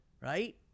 right